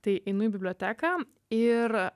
tai einu į biblioteką ir